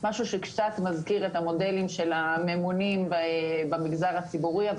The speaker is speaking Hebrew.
משהו שקצת מזכיר את המודלים של הממונים במגזר הציבורי אבל